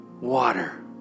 water